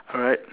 alright